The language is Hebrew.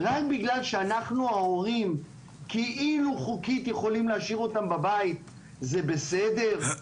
רק בגלל שאנחנו ההורים כאילו חוקית יכולים להשאיר אותם בבית זה בסדר?